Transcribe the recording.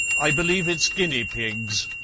i believe it's guinea-pigs.